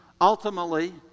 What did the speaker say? Ultimately